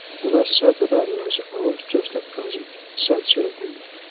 the less said the better, i suppose, just at present, said sir hugh.